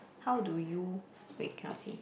how do you wait cannot see